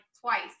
twice